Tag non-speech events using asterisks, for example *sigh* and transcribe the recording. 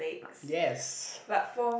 yes *breath*